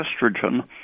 estrogen